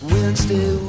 Wednesday